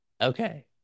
Okay